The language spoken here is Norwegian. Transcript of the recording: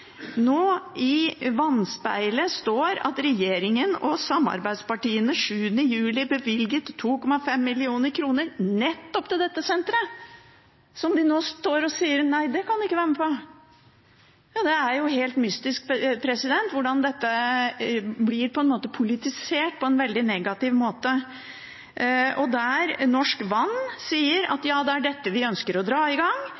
nå står og sier at nei, det kan de ikke være med på. Det er mystisk hvordan dette blir politisert på en veldig negativ måte, når Norsk Vann sier at ja, det er dette vi ønsker å dra i gang,